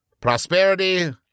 Prosperity